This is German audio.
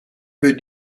für